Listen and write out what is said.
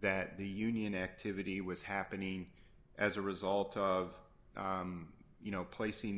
that the union activity was happening as a result of you know placing